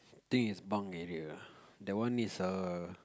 think is bunk area ah that one is a